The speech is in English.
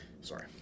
Sorry